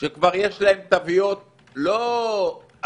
שכבר יש להן תוויות לא אדומות,